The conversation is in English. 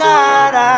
God